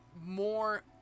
more